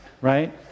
right